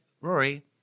Rory